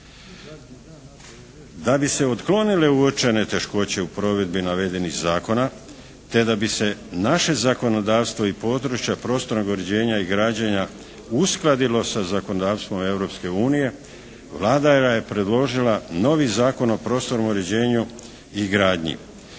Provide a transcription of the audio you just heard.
Da bi se otklonile uočene teškoće u provedbi navedenih zakona te da bi se naše zakonodavstvo i područja prostornog uređenja i građenja uskladilo sa zakonodavstvom Europske unije Vlada je predložila novi Zakon o prostornom uređenju i gradnji.